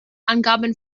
angaben